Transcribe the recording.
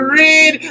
read